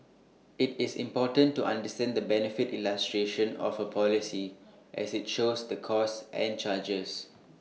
IT is important to understand the benefit illustration of A policy as IT shows the costs and charges